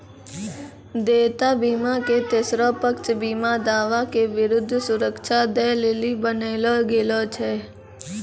देयता बीमा के तेसरो पक्ष बीमा दावा के विरुद्ध सुरक्षा दै लेली बनैलो गेलौ छै